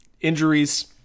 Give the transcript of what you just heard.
injuries